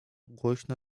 głośno